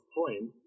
point